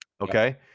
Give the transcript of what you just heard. Okay